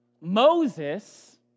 Moses